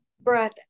breath